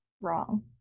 wrong